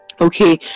Okay